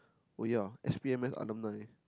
oh yea S B M mass alumni